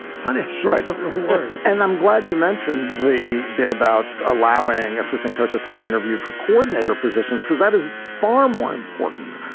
punish. right but and i'm glad you mentioned the bit about allowing assistant coaches to be interviewed for coordinator positions, because that is far more important.